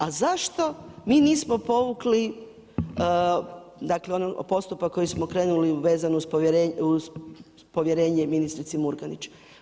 A zašto mi nismo povukli dakle postupak koji smo krenuli vezano uz povjerenje ministrici Murganić?